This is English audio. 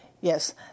Yes